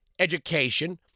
education